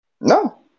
No